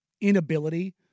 inability